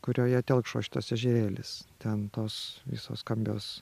kurioje telkšo šitas ežerėlis ten tos visos skambios